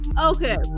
okay